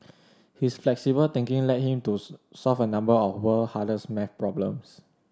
his flexible thinking led him to solve a number of world hardest maths problems